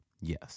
yes